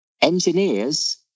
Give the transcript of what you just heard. engineers